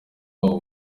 babo